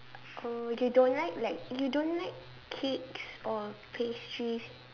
oh you don't like like you don't like cakes or pastries